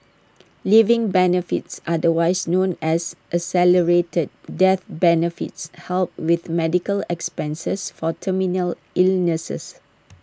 living benefits otherwise known as accelerated death benefits help with medical expenses for terminal illnesses